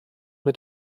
mit